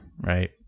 right